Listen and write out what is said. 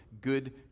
good